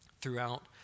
throughout